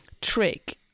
trick